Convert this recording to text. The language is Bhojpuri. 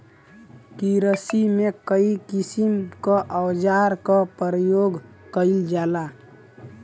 किरसी में कई किसिम क औजार क परयोग कईल जाला